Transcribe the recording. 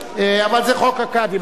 אבל זה חוק הקאדים, אתה יכול לעלות.